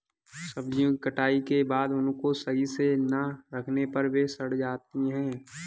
सब्जियों की कटाई के बाद उनको सही से ना रखने पर वे सड़ जाती हैं